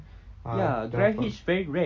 ah dapat